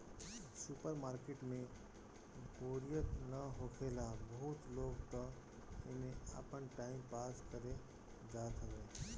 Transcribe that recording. super market में बोरियत ना होखेला बहुते लोग तअ एमे आपन टाइम पास करे जात हवे